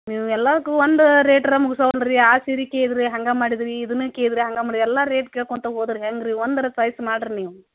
ನೀವು ಎಲ್ಲಕ್ಕೂ ಒಂದು ರೇಟ್ ರ ಮೂಗ್ಸೊವಲ್ಲ ರೀ ಆ ಸೀರೆ ಕೇಳಿದಿರಿ ಹಂಗೇ ಮಾಡಿದಿರಿ ಇದನ್ನು ಕೇಳಿದಿರಿ ಹಂಗೇ ಮಾಡಿ ಎಲ್ಲ ರೇಟ್ ಕೇಳ್ಕೊತ ಹೋದ್ರೆ ಹೆಂಗೆ ರೀ ಒಂದಾರೂ ಚಾಯ್ಸ್ ಮಾಡಿರಿ ನೀವು